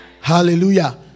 Hallelujah